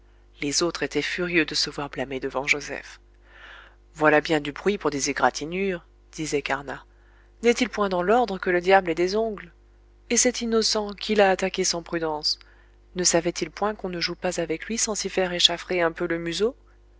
les autres étaient furieux de se voir blâmer devant joseph voilà bien du bruit pour des égratignures disait carnat n'est-il point dans l'ordre que le diable ait des ongles et cet innocent qui l'a attaqué sans prudence ne savait-il point qu'on ne joue pas avec lui sans s'y faire échaffrer un peu le museau